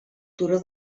turó